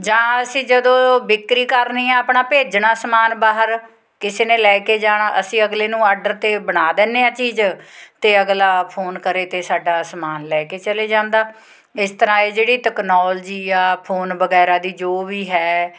ਜਾਂ ਅਸੀਂ ਜਦੋਂ ਵਿਕਰੀ ਕਰਨੀ ਆ ਆਪਣਾ ਭੇਜਣਾ ਸਮਾਨ ਬਾਹਰ ਕਿਸੇ ਨੇ ਲੈ ਕੇ ਜਾਣਾ ਅਸੀਂ ਅਗਲੇ ਨੂੰ ਆਡਰ 'ਤੇ ਬਣਾ ਦਿੰਦੇ ਹਾਂ ਚੀਜ਼ ਅਤੇ ਅਗਲਾ ਫੋਨ ਕਰੇ 'ਤੇ ਸਾਡਾ ਸਮਾਨ ਲੈ ਕੇ ਚਲੇ ਜਾਂਦਾ ਇਸ ਤਰ੍ਹਾਂ ਇਹ ਜਿਹੜੀ ਟੈਕਨੋਲਜੀ ਆ ਫੋਨ ਵਗੈਰਾ ਦੀ ਜੋ ਵੀ ਹੈ